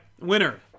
winner